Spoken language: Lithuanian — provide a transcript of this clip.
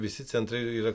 visi centrai yra